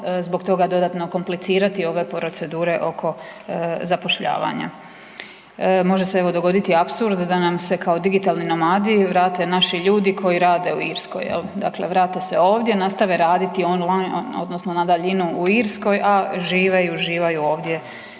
zbog toga dodatno komplicirati ove procedure oko zapošljavanja. Može se evo, dogoditi apsurd da nam se kao digitalni nomadi vrate naši ljudi koji rade u Irskoj, je li? Dakle, vrate se ovdje, nastave raditi .../nerazumljivo/... odnosno na daljinu u Irskoj, a žive i uživaju ovdje